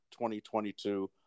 2022